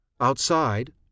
Outside